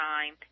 Time